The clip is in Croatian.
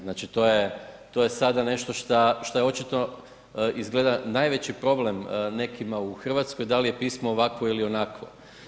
Znači to je, to je sada nešto šta je očito izgleda najveći problem nekima u Hrvatskoj da li je pismo ovakvo ili onakvo.